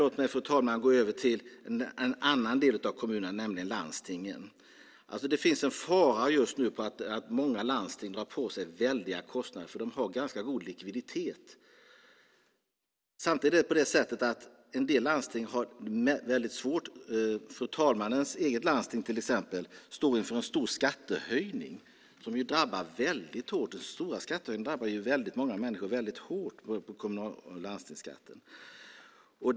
Låt mig, fru talman, gå över till en annan del av kommunsektorn, nämligen landstingen. Det finns just nu en fara för att många landsting drar på sig väldiga kostnader, för de har ganska god likviditet. Samtidigt har många landsting det väldigt svårt. Fru talmans eget landsting till exempel står inför en stor skattehöjning. Stora skattehöjningar på både kommunal och landstingsskatten drabbar väldigt många människor väldigt hårt.